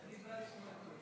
מה יש לכם?